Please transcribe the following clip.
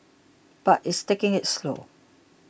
but it's taking it slow